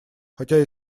хотя